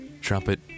Trumpet